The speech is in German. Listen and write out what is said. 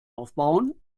aufbauen